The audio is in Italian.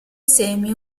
semi